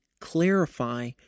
clarify